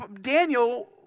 Daniel